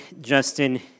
Justin